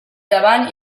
davant